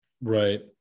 Right